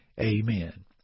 Amen